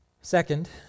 Second